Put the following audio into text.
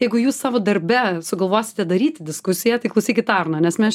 jeigu jūs savo darbe sugalvosite daryti diskusiją tai klausykit arno nes mes